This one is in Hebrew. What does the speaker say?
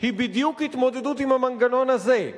היא בדיוק התמודדות עם המנגנון הזה,